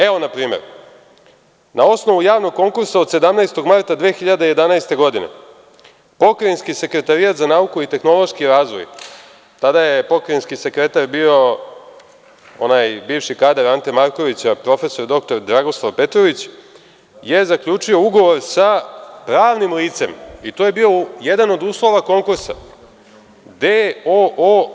Evo, na primer, na osnovu javnog konkursa od 17. marta 2011. godine Pokrajinski skeretarijat za nauku i tehnološki razvoj, tada je pokrajinski sekretar bio onaj bivši kadar Ante Markovića, prof. dr Dragoslav Petrović, je zaključio ugovor sa pravnim licem i to je bio jedan od uslova konkursa, d.o.o.